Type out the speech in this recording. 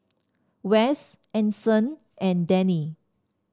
Wess Anson and Dennie